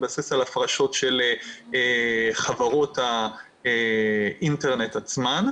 חברות האינטרנט עצמן,